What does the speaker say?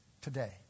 today